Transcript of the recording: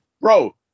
Bro